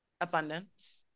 abundance